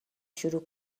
شروع